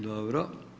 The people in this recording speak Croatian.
Dobro.